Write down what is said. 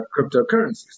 cryptocurrencies